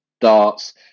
darts